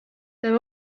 there